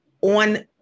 on